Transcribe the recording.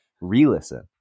re-listen